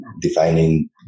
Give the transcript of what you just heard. defining